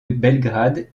belgrade